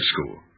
school